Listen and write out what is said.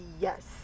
Yes